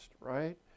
right